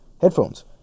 headphones